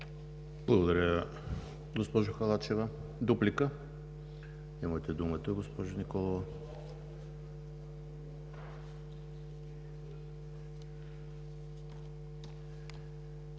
Благодаря, госпожо Халачева. Дуплика? Имате думата, госпожо Николова.